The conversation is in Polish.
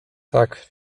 tak